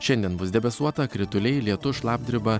šiandien bus debesuota krituliai lietus šlapdriba